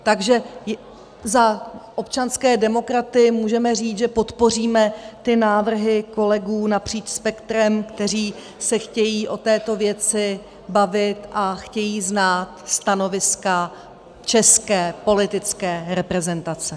Takže za občanské demokraty můžeme říct, že podpoříme návrhy kolegů napříč spektrem, kteří se chtějí o této věci bavit a chtějí znát stanoviska české politické reprezentace.